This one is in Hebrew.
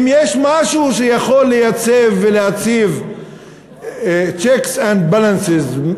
אם יש משהו שיכול לייצב ולהציב checks and balances,